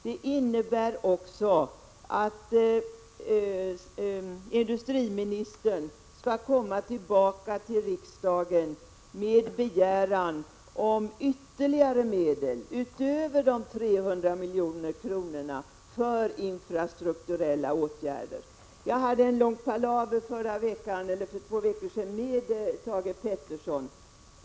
Det innebär också att industriministern skall komma tillbaka till riksdagen med begäran om ytterligare medel utöver de 300 miljonerna för infrastrukturella åtgärder. Jag hade en lång palaver för två veckor sedan med Thage Peterson.